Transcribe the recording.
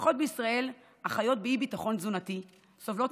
משפחות בישראל החיות באי-ביטחון תזונתי סובלות